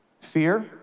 Fear